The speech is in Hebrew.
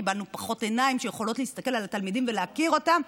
קיבלנו פחות עיניים שיכולות להסתכל על התלמידים ולהכיר אותם.